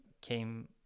came